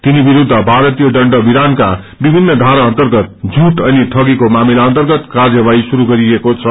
तिनी विरूद्ध भारतीय दण्ड विधनका विभिन्न धार अन्तर्गत झुट अनि ठगीको मामिला अन्तर्गत कार्यवाही शुरू गरिएको छ